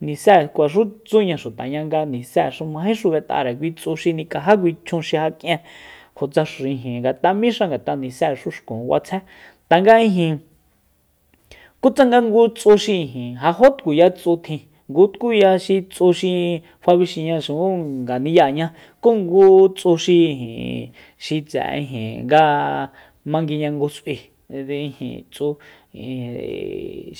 Nise kuaxutsuña xutaña nga nise majéxu b'et'are kui tsu xi nikajá kui chjun xi ja k'ien kutsa xi ijin ngat'a mixa ngat'a nisexu xkun b'atsjé tanga ijin ku tsanga ngu tsu xi ijin ja jo tkuya tsu tjin ngu tkuya xi tsu xi fabixiyaxujú ngani'yaña ku ngu tsu xi ijin xi tse'e ijin nga manguiña ngu s'ui tsu ijin